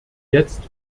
jetzt